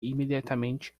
imediatamente